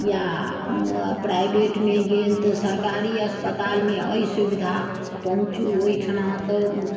या प्राइभेटमे गेल तऽ सरकारी अस्पतालमे अछि सुविधा पहुँचू ओहिठिना तऽ